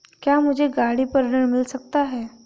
क्या मुझे गाड़ी पर ऋण मिल सकता है?